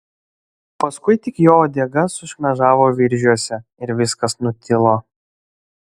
paskui tik jo uodega sušmėžavo viržiuose ir viskas nutilo